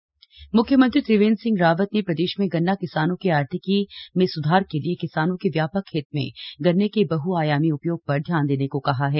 गन्ना किसान म्ख्यमंत्री त्रिवेंद्र सिंह रावत ने प्रदेश में गन्ना किसानों की आर्थिकी में सुधार के लिए किसानों के व्यापक हित में गन्ने के बहआयामी उपयोग पर ध्यान देने को कहा है